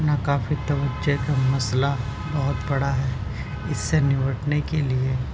ناکافی توجہ کن مسئلہ بہت بڑا ہے اس سے نپٹنے کے لیے